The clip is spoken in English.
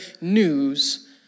news